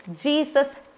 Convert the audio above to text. jesus